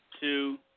two